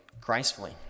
gracefully